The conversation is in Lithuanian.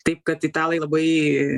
taip kad italai labai